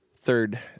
third